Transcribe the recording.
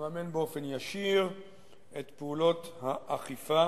לממן באופן ישיר את פעולות האכיפה